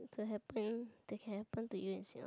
to happen that can happen to you in Singa~